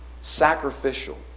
sacrificial